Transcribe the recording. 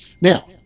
Now